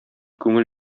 күңел